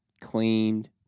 cleaned